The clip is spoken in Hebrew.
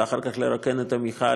ואחר כך לרוקן את המכל